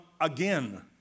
again